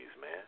man